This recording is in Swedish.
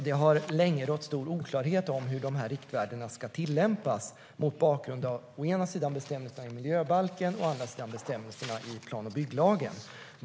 Det har länge rått stor oklarhet om hur de här riktvärdena ska tillämpas mot bakgrund av å ena sidan bestämmelserna i miljöbalken och å andra sidan bestämmelserna i plan och bygglagen.